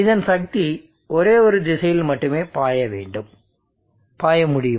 இதன் சக்தி ஒரே ஒரு திசையில் மட்டுமே பாய முடியும்